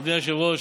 אדוני היושב-ראש,